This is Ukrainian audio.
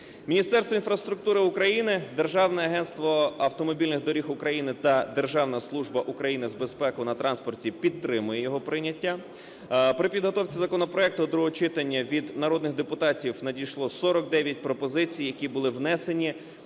Міністерство інфраструктури України, Державне агентство автомобільних доріг України та Державна служба України з безпеки на транспорті підтримує його прийняття. При підготовці законопроекту до другого читання від народних депутатів надійшло 49 пропозицій, які були внесені